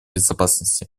безопасности